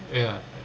ya